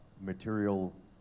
material